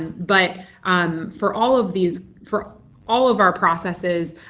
and but um for all of these for all of our processes,